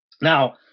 Now